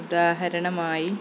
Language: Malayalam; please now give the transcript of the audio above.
ഉദാഹരണമായി